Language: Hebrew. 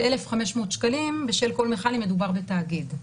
ו-1,500 שקלים בשל כל מכל אם מדובר בתאגיד.